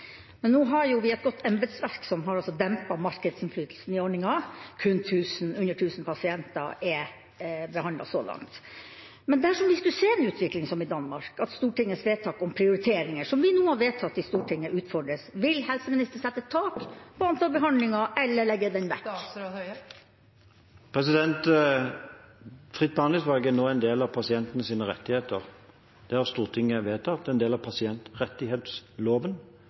Men vi har et godt embetsverk som har dempet markedsinnflytelsen i ordningen, og under 1 000 pasienter er behandlet så langt. Men dersom vi skulle se en utvikling som den i Danmark, og at Stortingets vedtak om prioriteringer – fattet i Stortinget – utfordres, vil helseministeren sette et tak på antallet behandlinger eller legge den vekk? Fritt behandlingsvalg er nå en del av pasientenes rettigheter – det har Stortinget vedtatt – det er en del av pasientrettighetsloven.